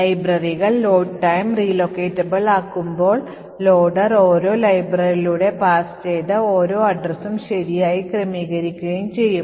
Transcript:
ലൈബ്രറികൾ Load time relocatable ആകുമ്പോൾ loader ഓരോ library ലൂടെ pass ചെയ്തു ഓരോ addressഉം ശരിയായി ക്രമീകരിക്കുകയും ചെയ്യും